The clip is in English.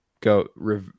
go